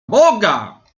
boga